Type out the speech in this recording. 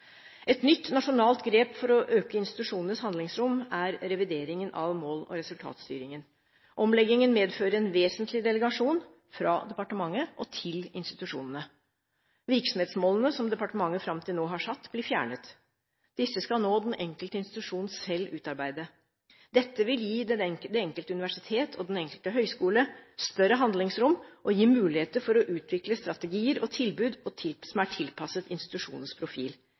Et nytt nasjonalt grep for å øke institusjonenes handlingsrom er revideringen av mål- og resultatstyringen. Omleggingen medfører en vesentlig delegasjon fra departementet og til institusjonene. Virksomhetsmålene som departementet fram til nå har satt, blir fjernet. Disse skal nå den enkelte institusjon selv utarbeide. Dette vil gi det enkelte universitet og den enkelte høyskole større handlingsrom, og gi mulighet for å utvikle strategier og tilbud som er tilpasset institusjonens profil.